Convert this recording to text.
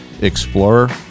Explorer